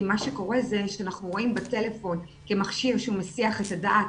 מה שקורה זה שאנחנו רואים בטלפון כמכשיר שהוא מסיח את הדעת,